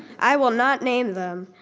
i will not name them.